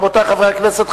רבותי חברי הכנסת,